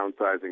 downsizing